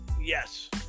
Yes